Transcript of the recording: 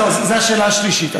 אז זו השאלה השלישית.